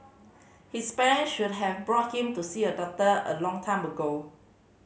his parent should have brought him to see a doctor a long time ago